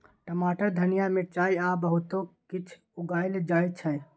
टमाटर, धनिया, मिरचाई आ बहुतो किछ उगाएल जाइ छै